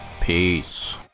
Peace